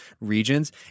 regions